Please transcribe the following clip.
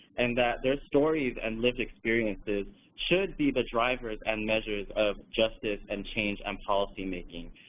and that their stories and lived experiences should be the drivers and measures of justice and change and policy making.